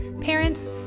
parents